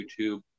youtube